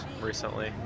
recently